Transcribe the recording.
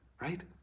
right